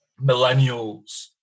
millennials –